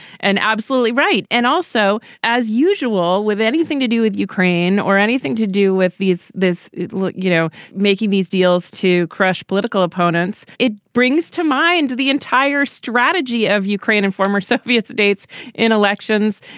and absolutely right. and also as usual with anything to do with ukraine or anything to do with these this look you know making these deals to crush political opponents. it brings to mind the entire strategy of ukraine and former soviet states in elections.